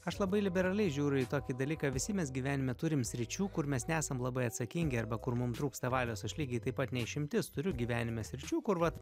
aš labai liberaliai žiūriu į tokį dalyką visi mes gyvenime turim sričių kur mes nesam labai atsakingi arba kur mum trūksta valios aš lygiai taip pat ne išimtis turiu gyvenime sričių kur vat